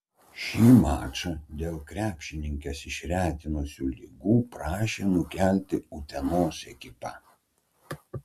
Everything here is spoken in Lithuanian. šį mačą dėl krepšininkes išretinusių ligų prašė nukelti utenos ekipa